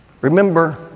remember